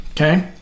Okay